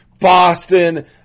Boston